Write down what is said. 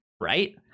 right